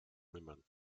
women